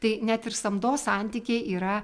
tai net ir samdos santykiai yra